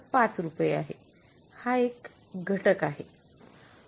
५ रुपये आहे हा एक घटक आहे